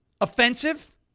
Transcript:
offensive